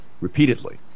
repeatedly